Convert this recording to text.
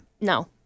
no